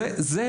בני,